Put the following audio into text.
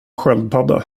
sköldpadda